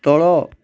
ତଳ